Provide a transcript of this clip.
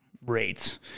Rates